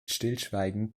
stillschweigend